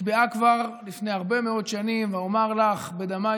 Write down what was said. נקבעה כבר לפני הרבה מאוד שנים: "ואמר לך בדמיך